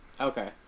Okay